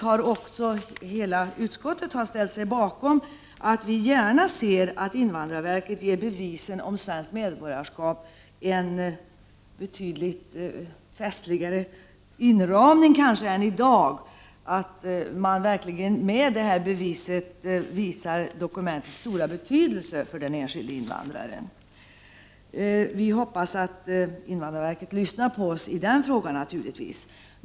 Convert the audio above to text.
Hela utskottet har ställt sig bakom att vi gärna ser att invandrarverket ger bevisen om svenskt medborgarskap en betydligt festligare inramning än i dag, så att man verkligen med detta bevis visar dokumentets stora betydelse för den enskilde invandraren. Vi hoppas att invandrarverket lyssnar på oss i den frågan.